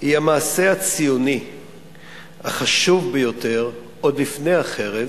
היא המעשה הציוני החשוב ביותר, עוד לפני החרב,